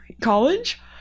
College